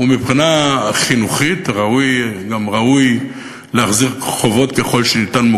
ומבחינה חינוכית ראוי גם ראוי להחזיר חובות מוקדם ככל שניתן,